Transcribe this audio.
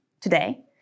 today